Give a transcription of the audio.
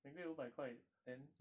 每个月五百块 then